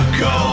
go